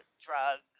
drugs